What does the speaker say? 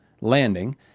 landing